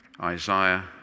Isaiah